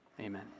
Amen